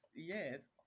Yes